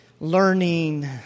learning